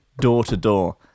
door-to-door